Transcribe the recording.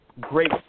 great